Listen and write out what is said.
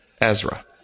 Ezra